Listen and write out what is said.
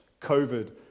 COVID